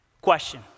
Question